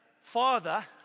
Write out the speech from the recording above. father